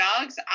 dogs